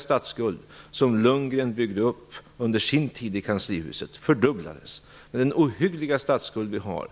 Statsskulden fördubblades under Lundgrens tid i kanslihuset. Med den ohyggliga statsskuld som vi har